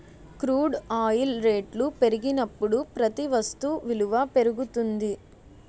crude oil రేట్లు పెరిగినప్పుడు ప్రతి వస్తు విలువ పెరుగుతుంది